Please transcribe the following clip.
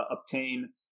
obtain